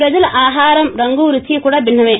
ప్రజల ఆహారం రంగు రుచి కూడా భిన్నమే